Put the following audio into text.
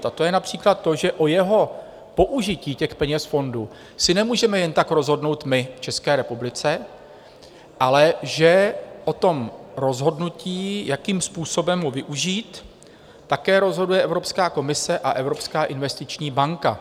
A to je například to, že o jeho použití, těch peněz fondu, si nemůžeme jen tak rozhodnout my v České republice, ale že o tom rozhodnutí, jakým způsobem ho využít, také rozhoduje Evropská komise a Evropská investiční banka.